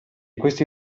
questi